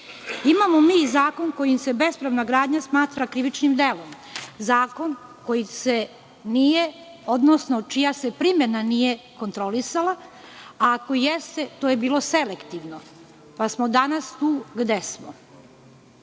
Imamo mi i zakon kojim se bespravna gradnja smatra krivičnim delom. Zakon čija se primena nije kontrolisala. Ako jeste, to je bilo selektivno, pa smo danas tu gde